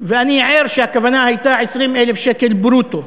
ואני ער לכך שהכוונה הייתה 20,000 שקל ברוטו.